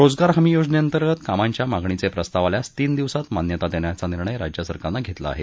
रोजगार हमी योजनेअंतर्गत कामांच्या मागणीचे प्रस्ताव आल्यास तीन दिवसात मान्यता देण्याचा निर्णय राज्य सरकारनं घेतला आहे